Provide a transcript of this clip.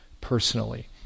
personally